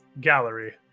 gallery